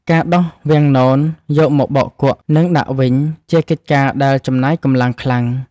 ការដោះវាំងននយកមកបោកគក់ និងដាក់វិញ ជាកិច្ចការដែលចំណាយកម្លាំងខ្លាំង។